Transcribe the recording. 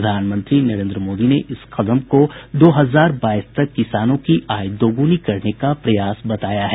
प्रधानमंत्री नरेन्द्र मोदी ने इस कदम को दो हजार बाईस तक किसानों की आय दोगुनी करने का प्रयास बताया है